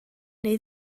neu